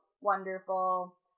wonderful